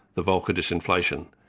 the volker disinflation,